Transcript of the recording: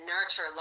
nurture